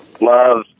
love